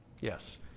yes